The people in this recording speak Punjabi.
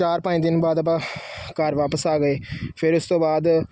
ਚਾਰ ਪੰਜ ਦਿਨ ਬਾਅਦ ਆਪਾਂ ਘਰ ਵਾਪਸ ਆ ਗਏ ਫਿਰ ਇਸ ਤੋਂ ਬਾਅਦ